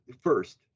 first